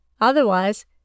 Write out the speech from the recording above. otherwise